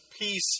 peace